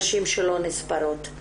נשים שלא נספרות.